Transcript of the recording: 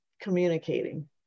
communicating